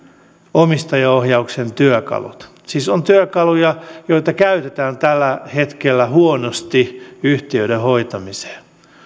omistajaohjauksen työkalut siis on työkaluja joita käytetään tällä hetkellä huonosti yhtiöiden hoitamiseen